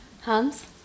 Hans